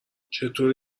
چطوری